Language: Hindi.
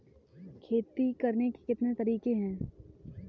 खेती करने के कितने तरीके हैं?